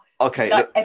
Okay